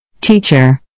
Teacher